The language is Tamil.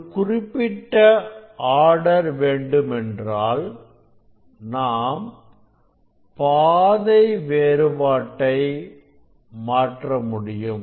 ஒரு குறிப்பிட்ட Order வேண்டுமென்றால் நாம் பாதை வேறுபாட்டை மாற்றமுடியும்